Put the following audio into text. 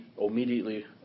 immediately